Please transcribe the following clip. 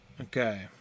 Okay